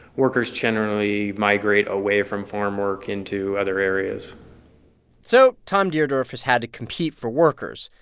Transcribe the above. workers generally migrate away from farm work into other areas so tom deardorff has had to compete for workers.